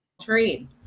trade